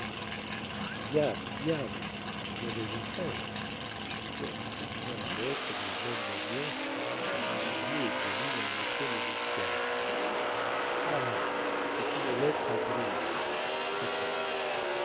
diable diable mauvaise affaire dit jacquet en examinant la lettre de la même manière qu'un usurier examine un effet négociable ah c'est une lettre à grille attends